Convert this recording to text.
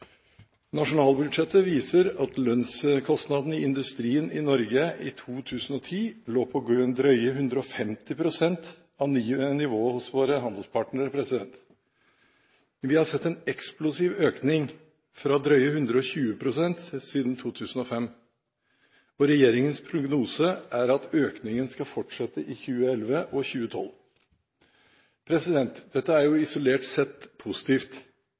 Nasjonalbudsjettet viser at lønnskostnadene i industrien i Norge i 2010 lå på drøye 150 pst. av nivået hos våre handelspartnere. Vi har sett en eksplosiv økning fra drøye 120 pst. siden 2005, og regjeringens prognose er at økningen skal fortsette i 2011 og 2012. Dette er isolert sett positivt.